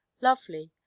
lovely